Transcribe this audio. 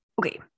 Okay